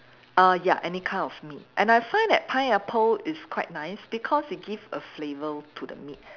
err ya any kind of meat and I find that pineapple is quite nice because it give a flavour to the meat